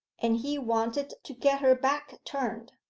and he wanted to get her back turned.